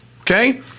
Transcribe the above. okay